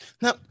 now